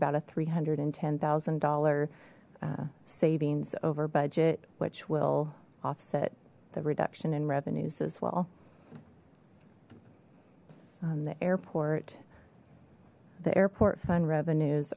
about a three hundred and ten thousand dollar savings over budget which will offset the reduction in revenues as well on the airport the airport fund revenues